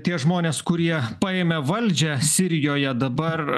tie žmonės kurie paėmė valdžią sirijoje dabar